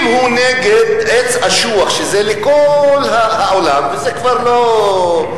אם הוא נגד עץ אשוח, שזה לכל העולם, וזה כבר לא,